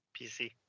PC